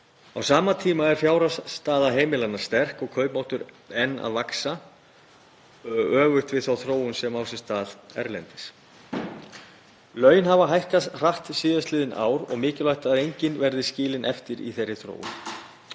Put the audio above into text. Á sama tíma er fjárhagsstaða heimilanna sterk og kaupmáttur enn að vaxa, öfugt við þá þróun sem á sér stað erlendis. Laun hafa hækkað hratt síðastliðin ár og mikilvægt að enginn verði skilinn eftir í þeirri þróun.